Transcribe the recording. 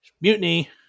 Mutiny